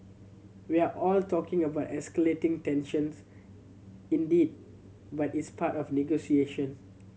we are all talking about escalating tensions indeed but it's part of the negotiation